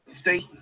state